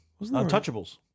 Untouchables